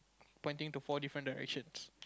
pointing to four different directions